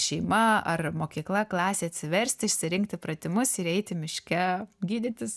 šeima ar mokykla klasė atsiversti išsirinkti pratimus ir eiti miške gydytis